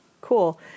cool